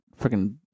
freaking